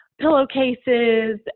pillowcases